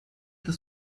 the